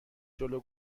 جلو